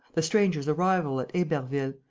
the stranger's arrival at heberville,